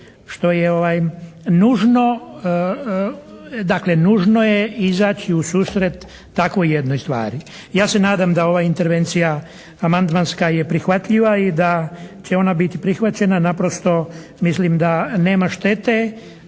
što je nužno dakle nužno je izaći u susret takvoj jednoj stvari. Ja se nadam da ova intervencija amandmanska je prihvatljiva i da će ona biti prihvaćena. Naprosto mislim da nema štete.